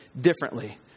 differently